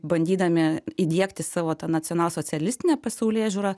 bandydami įdiegti savo tą nacionalsocialistinę pasaulėžiūrą